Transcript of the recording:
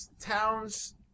Towns